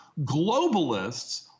Globalists